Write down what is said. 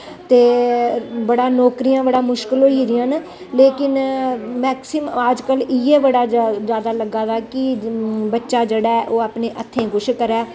ते बड़ा नौकरियां दा बडा मुशकल होई दियां न लेकिन मैक्सिमम अज्ज कल इ'यै बड़ा जादा लग्गा दा कि बच्चा जेह्ड़ा ऐ ओह् अपने हत्थें कुछ करे